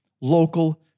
local